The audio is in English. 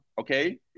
okay